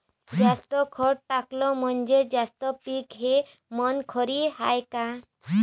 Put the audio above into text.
जास्त खत टाकलं म्हनजे जास्त पिकते हे म्हन खरी हाये का?